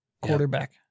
quarterback